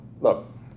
Look